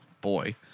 boy